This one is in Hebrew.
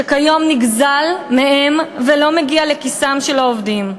שכיום נגזל מהם ולא מגיע לכיסם של העובדים: